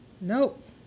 nope